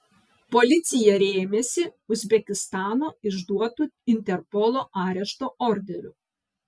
policija rėmėsi uzbekistano išduotu interpolo arešto orderiu